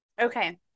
Okay